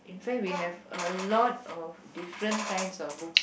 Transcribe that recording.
in fact we have a lot of different kinds of books